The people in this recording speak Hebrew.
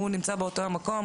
הוא נמצא באותו מקום,